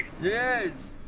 Yes